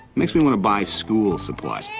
makes me want to buy school supplies.